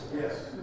Yes